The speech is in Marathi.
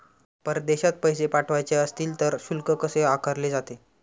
परदेशात पैसे पाठवायचे असतील तर शुल्क कसे आकारले जाते?